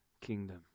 kingdom